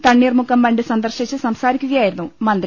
Thanneermukkom bund സന്ദർശിച്ച സംസാരിക്കുകയായിരുന്നു മന്ത്രി